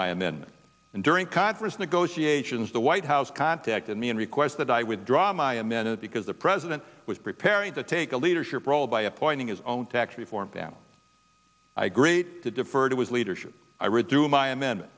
my and then during conference negotiations the white house contacted me and requested i withdraw my a minute because the president was preparing to take a leadership role by appointing his own tax reform panel i great to defer to his leadership i read through my amendment